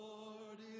Lord